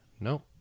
no